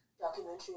documentary